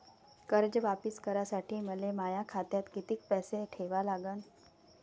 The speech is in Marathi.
कर्ज वापिस करासाठी मले माया खात्यात कितीक पैसे ठेवा लागन?